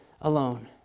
alone